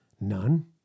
none